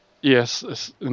Yes